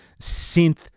synth